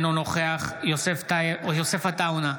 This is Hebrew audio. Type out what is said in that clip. אינו נוכח יוסף עטאונה,